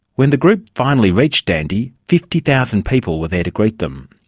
when the group finally reached dandi, fifty thousand people were there to greet them.